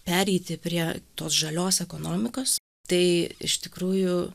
pereiti prie tos žalios ekonomikos tai iš tikrųjų